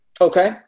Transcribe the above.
Okay